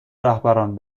رهبران